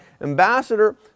Ambassador